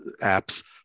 apps